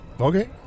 Okay